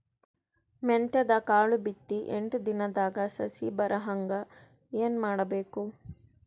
ಮೆಂತ್ಯದ ಕಾಳು ಬಿತ್ತಿ ಎಂಟು ದಿನದಾಗ ಸಸಿ ಬರಹಂಗ ಏನ ಮಾಡಬೇಕು?